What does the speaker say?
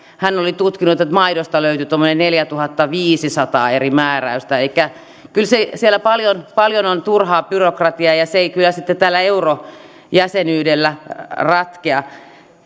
hän oli tutkinut että maidosta löytyi tuommoiset neljätuhattaviisisataa eri määräystä kyllä siellä paljon paljon on turhaa byrokratiaa ja ja se ei kyllä sitten tällä eurojäsenyydellä ratkea